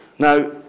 Now